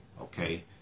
Okay